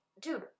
dude